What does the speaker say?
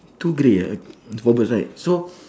two grey ah four birds right so